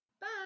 Bye